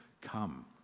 come